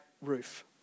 roof